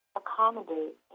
accommodate